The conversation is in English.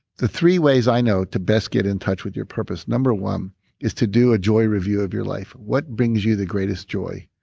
the three ways i know to best get in touch with your purpose, number one is to do a joy review of your life. what brings you the greatest joy?